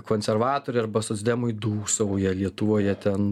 konservatoriai arba socdemai dūsauja lietuvoje ten